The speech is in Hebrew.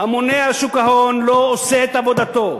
הממונה על שוק ההון לא עושה את עבודתו.